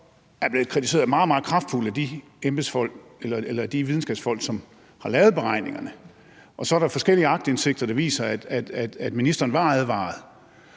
meget kraftfuldt af de videnskabsfolk, som har lavet beregningerne, og så er der forskellige aktindsigter, der viser, at ministeren var advaret.